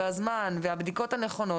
הזמן והבדיקות הנכונות,